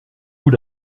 vous